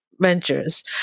ventures